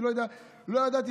לא ידעתי,